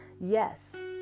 Yes